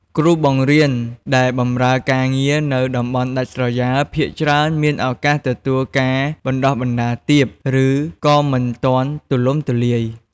គ្រូបង្រៀនដែលបម្រើការងារនៅតំបន់ដាច់ស្រយាល ភាគច្រើនមានឱកាសទទួលការបណ្តុះបណ្តាលទាប ឬក៏មិនទាន់ទូលំទូលាយ។